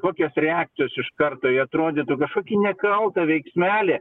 kokios reakcijos iš karto į atrodytų kažkokį nekaltą veiksmelį